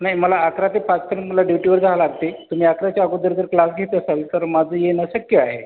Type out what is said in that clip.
नाही मला अकरा ते पाचपर्यंत मला ड्यूटीवर जावं लागते तुम्ही अकराच्या अगोदर जर क्लास घेत असाल तर माझं येणं शक्य आहे